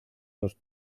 los